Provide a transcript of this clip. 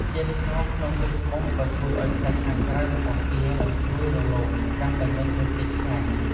ជាតិស្ករក្នុងទឹកឃ្មុំក៏ជួយឱ្យសាច់ខាងក្រៅរបស់ទាឡើងស្រួយរលោងកាន់ តែមានរស់ជាតិឆ្ងាញ់។